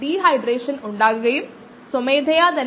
7 min ഇപ്പോൾ നമ്മുടെ സമവാക്യത്തിന് ഞാൻ ഈ പശ്ചാത്തലം നൽകി